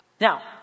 Now